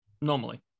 Normally